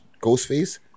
Ghostface